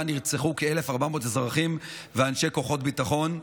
נרצחו כ-1,400 אזרחים ואנשי כוחות ביטחון,